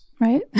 Right